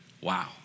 Wow